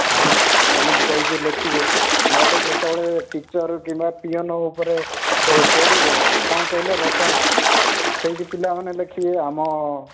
ହାଁ ଏମିତି କହିକି ଲେଖିବେ ନହେଲେ ଯେତେବେଳେ ଟିଚର୍ କିମ୍ବା ପିଅନ୍ ଉପରେ ସେ ପଡ଼ିବ କ'ଣ କହିଲ ରଚନା ସେଇଠି ପିଲାମାନେ ଲେଖିବେ ଆମ